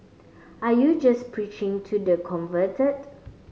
are you just preaching to the converted